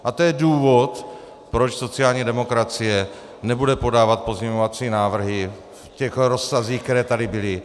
A to je důvod, proč sociální demokracie nebude podávat pozměňovací návrhy v těch rozsazích, které tady byly.